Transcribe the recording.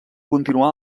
continuà